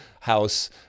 house